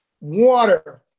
water